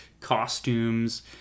costumes